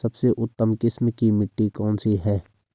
सबसे उत्तम किस्म की मिट्टी कौन सी है?